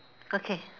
okay